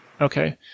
Okay